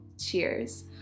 cheers